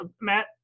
Matt